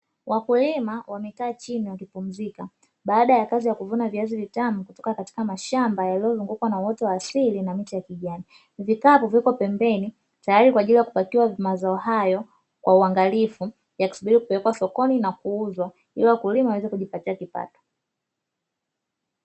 Wakulima wamekaa chini wakipumzika baada ya kazi ya kuvuna viazi vitamu kutoka katika mashamba yaliyozungukwa na uoto wa asili na miti ya kijani, vikapu viko pembeni tayari kwa ajili ya kupatiwa mazao hayo kwa uangalifu yakisubiri kupelekwa sokoni na kuuzwa ili wakulima waweze kujipatia kipato.